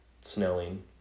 Snelling